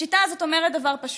השיטה הזאת אומרת דבר פשוט: